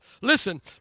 Listen